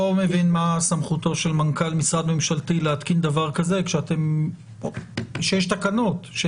לא מבין מה סמכותו של מנכ"ל משרד ממשלתי להתקין דבר כזה כשיש תקנות?